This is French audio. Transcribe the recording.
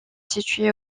située